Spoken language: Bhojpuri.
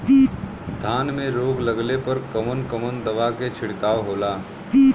धान में रोग लगले पर कवन कवन दवा के छिड़काव होला?